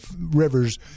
Rivers